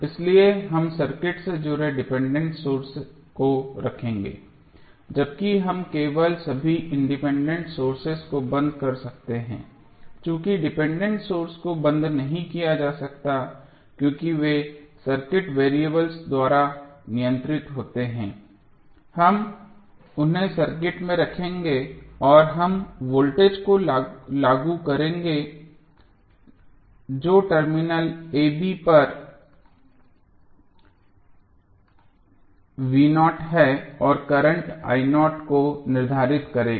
इसलिए हम सर्किट से जुड़े डिपेंडेंट सोर्स को रखेंगे जबकि हम केवल सभी इंडिपेंडेंट सोर्सेज को बंद कर सकते हैं और चूंकि डिपेंडेंट सोर्स को बंद नहीं किया जा सकता है क्योंकि वे सर्किट वेरिएबल द्वारा नियंत्रित होते हैं हम उन्हें सर्किट में रखेंगे और हम वोल्टेज को लागू करेंगे जो टर्मिनल a b पर है और करंट को निर्धारित करेगा